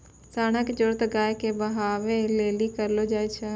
साँड़ा के जरुरत गाय के बहबै लेली करलो जाय छै